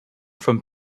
from